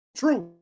true